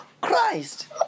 Christ